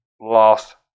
lost